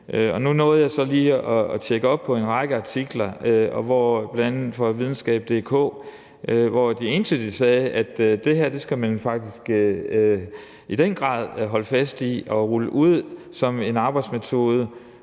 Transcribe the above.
Nu nåede jeg så lige at tjekke op på en række artikler, bl.a. fra Videnskab.dk, hvor de entydigt sagde, at det her skal man faktisk i den grad holde fast i og rulle ud som en arbejdsmetode